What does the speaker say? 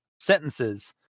sentences